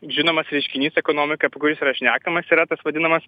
žinomas reiškinys ekonomikoj apie kuris yra šnekamas yra tas vadinamas